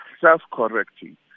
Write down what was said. self-correcting